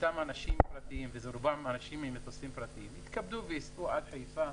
אותם אנשים פרטיים - ורובם הם אנשים עם מטוסים פרטיים וייסעו עד חיפה